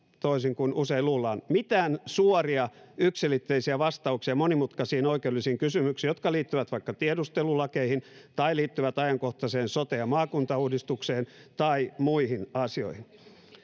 toisin kuin usein luullaan mitään suoria yksiselitteisiä vastauksia monimutkaisiin oikeudellisiin kysymyksiin jotka liittyvät vaikka tiedustelulakeihin tai liittyvät ajankohtaiseen sote ja maakuntauudistukseen tai muihin asioihin